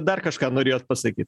dar kažką norėjot pasakyt